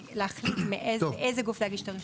להחליט מאיזה גוף להגיש את הרישיון.